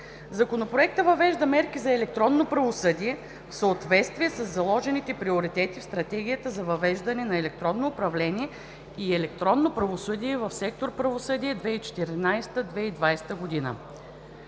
Законопроектът въвежда мерки за електронно правосъдие в съответствие със заложените приоритети в Стратегията за въвеждане на електронно управление и електронно правосъдие в сектор „Правосъдие“ 2014 – 2020 г.